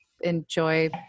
enjoy